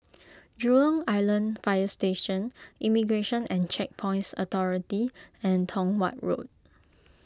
Jurong Island Fire Station Immigration and Checkpoints Authority and Tong Watt Road